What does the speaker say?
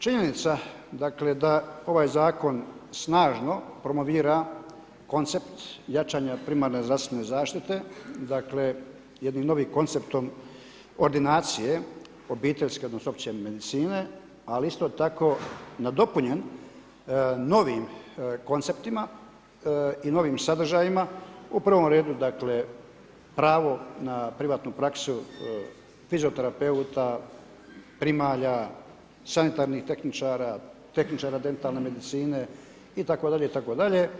Činjenica dakle da ovaj zakon snažno promovira koncept jačanja primarne zdravstvene zaštite, dakle jednim novim konceptom ordinacije obiteljske odnosno opće medicine ali isto tako, nadopunjen novim konceptima i novim sadržajima, u prvom redu, dakle pravo na privatnu praksu fizioterapeuta, primalja, sanitarnih tehničara, tehničara dentalne medicine itd., itd.